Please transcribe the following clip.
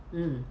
mm